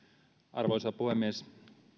arvoisa puhemies